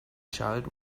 child